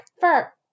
fur